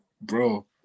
Bro